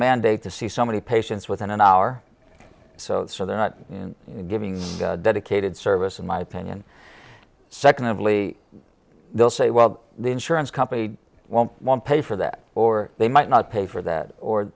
mandate to see so many patients within an hour so they're not giving a dedicated service in my opinion secondly they'll say well the insurance company won't pay for that or they might not pay for that or